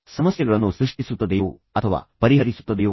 ಇದು ಸಮಸ್ಯೆಗಳನ್ನು ಸೃಷ್ಟಿಸುತ್ತದೆಯೋ ಅಥವಾ ಪರಿಹರಿಸುತ್ತದೆಯೋ